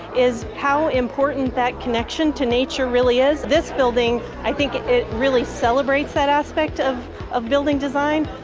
is how important that connection to nature really is. this building, i think, it really celebrates that aspect of of building design.